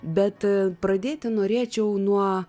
bet pradėti norėčiau nuo